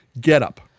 getup